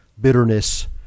bitterness